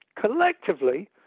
collectively